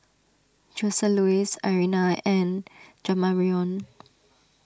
Joseluis Irena and Jamarion